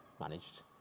Managed